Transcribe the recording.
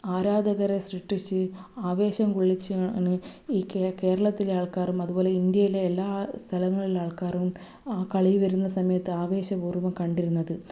ആരാധകരെ സൃഷ്ടിച്ച് ആവേശം കൊള്ളിച്ചാണ് ഈ കേരളത്തിലെ ആൾക്കാരും അതുപോലെ ഇന്ത്യയിലെ എല്ലാ സ്ഥലങ്ങളിലെ ആൾക്കാരും കളി വരുന്ന സമയത്ത് ആവേശപൂർവം കണ്ടിരുന്നത്